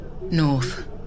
North